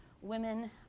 women